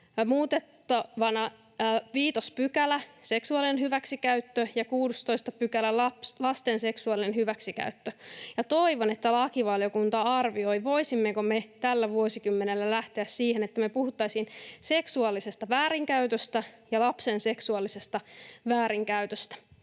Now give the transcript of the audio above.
muutettavana 5 § eli seksuaalinen hyväksikäyttö ja 16 § eli lasten seksuaalinen hyväksikäyttö. Ja toivon, että lakivaliokunta arvioi, voisimmeko me tällä vuosikymmenellä lähteä siihen, että me puhuttaisiin seksuaalisesta väärinkäytöstä ja lapsen seksuaalisesta väärinkäytöstä,